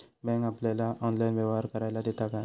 Bank आपल्याला online व्यवहार करायला देता काय?